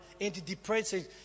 antidepressants